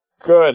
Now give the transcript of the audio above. Good